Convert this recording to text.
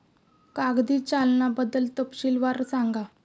कागदी चलनाबद्दल तपशीलवार सांगा